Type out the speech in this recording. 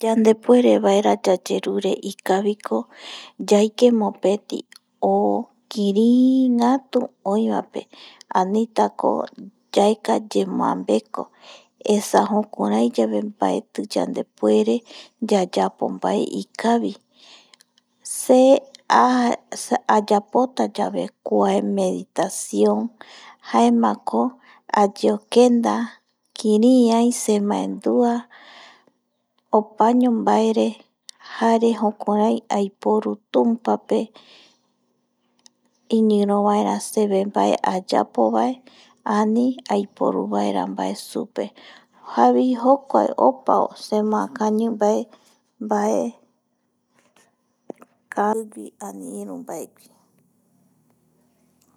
Yandepuere vaera yayerure ikaviko, yaike mopeti o kiriingatu oi va pe anitako yaeka yembambeko esa jukurai yave mbaeti yandepuere yayapo mbae ikavi, se aja ayapota yavekua meditación jaemako ayeokenda kiri ai semaendua opaño. mbaere jare jukurai aiporu tumpape. iñiro vaera seve mbae ayapo vae, ani aiporu vaera mbae supe javoi jokua opa semoakañi mbae, mbaea a kavi mbaegui